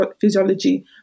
physiology